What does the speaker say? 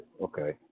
Okay